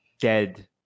dead